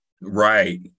right